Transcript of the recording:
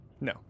No